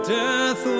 death